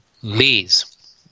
please